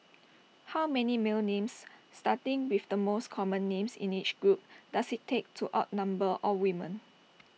how many male names starting with the most common names in each group does IT take to outnumber all women